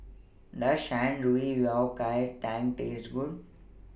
Does Shan Rui Yao Tang Taste Good